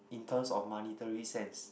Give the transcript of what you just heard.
in terms of monetary sense